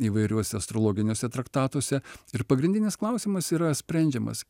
įvairiuose astrologiniuose traktatuose ir pagrindinis klausimas yra sprendžiamas